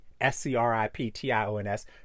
S-C-R-I-P-T-I-O-N-S